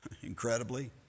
Incredibly